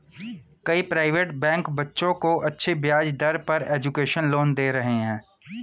कई private bank बच्चों को अच्छी ब्याज दर पर एजुकेशन लोन दे रहे है